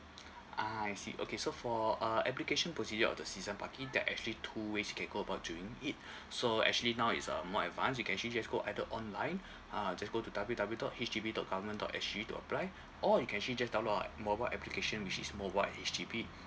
ah I see okay so for uh application procedure of the season parking there're actually two ways you can go about doing it so actually now it's uh more advanced you can actually just go either online ah just go to W W dot H D B dot government dot S G to apply or you can actually just download our mobile application which is mobile at H_D_B